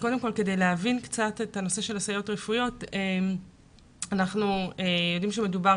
לגבי הסייעות הרפואיות אנחנו יודעים שמדובר